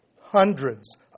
hundreds